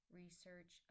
research